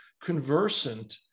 conversant